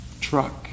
truck